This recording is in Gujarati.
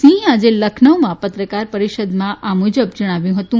સિંહે આજે લખનૌમાં પત્રકાર પરિષદમાં આ મુજબ જણાવ્યું હતું